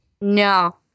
No